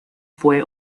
fue